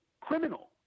criminal